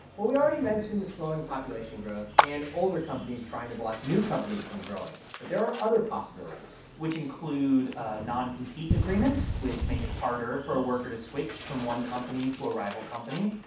we already mentioned the slowing population growth and older companies trying to block new companies from growing. but there are other possibilities which include ah non-compete agreements, which make it harder for a worker to switch from one company to a rival company.